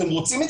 אתם רוצים.